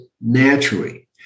naturally